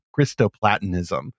Christoplatonism